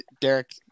Derek